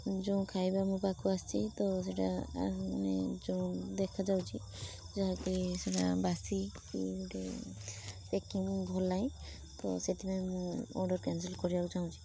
ଯେଉଁ ଖାଇବା ମୋ ପାଖକୁ ଆସିଛି ତ ସେଇଟା ମାନେ ଯେଉଁ ଦେଖାଯାଉଛି ଯାହାକି ସେଇଟା ବାସି ପ୍ୟାକିଙ୍ଗ ଭଲ ନାହିଁ ତ ସେଥିପାଇଁ ମୁଁ ଅର୍ଡ଼ର କ୍ୟାନସେଲ୍ କରିବାକୁ ଚାହୁଁଛି